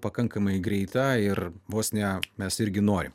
pakankamai greita ir vos ne mes irgi norim